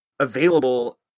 Available